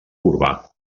urbà